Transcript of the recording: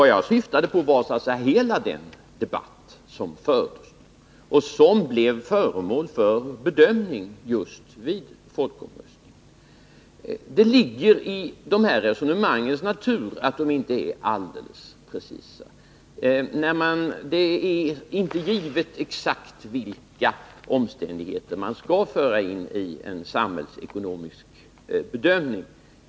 Vad jag syftade på var så att säga hela den debatt som fördes och som blev föremål för bedömning just vid folkomröstningen. Det ligger i de här resonemangens natur att de inte är alldeles precisa. Det är inte givet exakt vilka omständigheter som skall tas med vid en samhällsekonomisk bedömning.